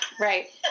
right